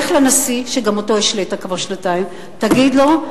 לך לנשיא, שגם אותו השלית כבר שנתיים, תגיד לו,